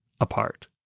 apart